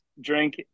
drink